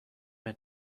met